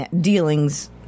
dealings